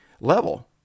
level